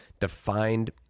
defined